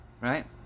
right